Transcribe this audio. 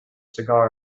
cigar